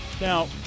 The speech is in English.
Now